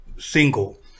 single